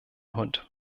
hund